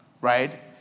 right